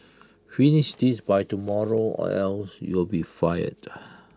finish this by tomorrow or else you'll be fired